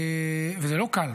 וזה לא קל,